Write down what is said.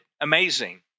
amazing